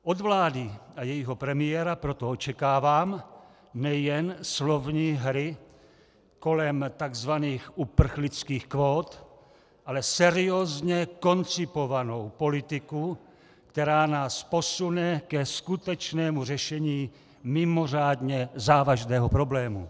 Od vlády a jejího premiéra proto očekávám nejen slovní hry kolem tzv. uprchlických kvót, ale seriózně koncipovanou politiku, která nás posune ke skutečnému řešení mimořádně závažného problému.